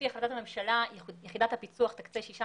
לפי החלטת הממשלה, יחידת הפיצו"ח תקצה שישה